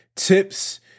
tips